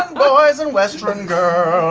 um boys and westruun girls,